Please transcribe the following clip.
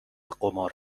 قمار